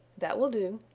that will do,